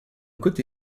côté